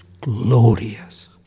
glorious